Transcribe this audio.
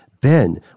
Ben